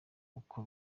uko